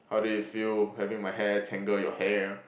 how did it feel having my hair tangle your hair